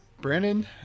Brandon